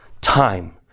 Time